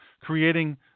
creating